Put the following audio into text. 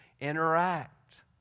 interact